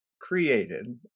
created